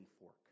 fork